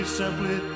simply